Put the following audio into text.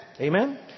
Amen